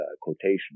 quotation